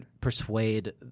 persuade